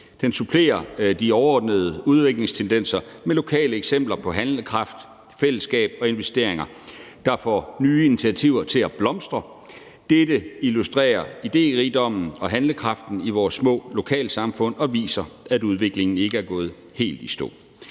Den supplerer de overordnede udviklingstendenser med lokale eksempler på handlekraft, fællesskab og investeringer, der får nye initiativer til at blomstre. Det illustrerer idérigdommen og handlekraften i vores små lokalsamfund, og det viser, at udviklingen ikke er gået helt i stå.